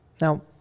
Now